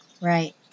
Right